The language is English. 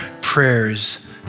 prayers